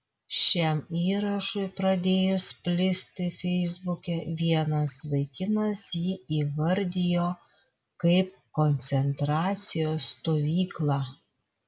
šiam įrašui pradėjus plisti feisbuke vienas vaikinas jį įvardijo kaip koncentracijos stovyklą